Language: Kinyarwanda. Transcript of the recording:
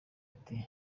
ati